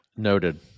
Noted